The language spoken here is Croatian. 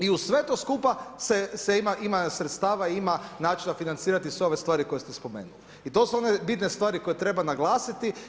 I uz sve to skupa se ima sredstava i ima načina financirati sve ove stvari koje ste spomenuli i to su one bitne stvari koje treba naglasiti.